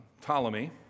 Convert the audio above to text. Ptolemy